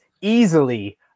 easily